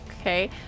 Okay